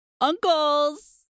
Uncles